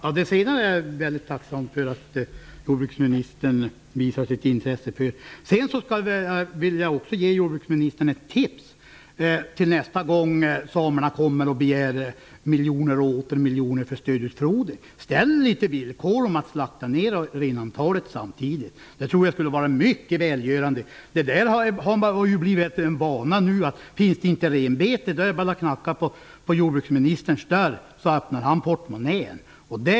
Fru talman! Jag är mycket tacksam för att jordbruksministern visar sitt intresse genom det han sade sist i sitt inlägg. Jag skulle också vilja ge jordbruksministern ett tips till nästa gång som samerna kommer och begär miljoner och åter miljoner för stödutfodring. Ställ villkor om att de samtidigt skall slakta ner renantalet! Jag tror att det skulle vara mycket välgörande. Det har ju blivit en vana, när det inte finns renbete, att bara knacka på jordbruksministerns dörr för att han skall öppna portmonnän.